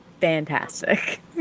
fantastic